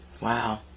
Wow